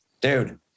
Dude